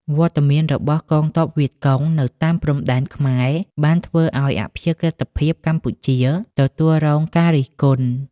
វត្តមានរបស់កងទ័ពវៀតកុងនៅតាមព្រំដែនខ្មែរបានធ្វើឱ្យអព្យាក្រឹតភាពកម្ពុជាទទួលរងការរិះគន់។